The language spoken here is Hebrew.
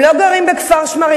הם לא גרים בכפר-שמריהו,